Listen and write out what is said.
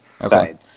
side